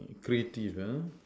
creative uh